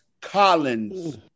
Collins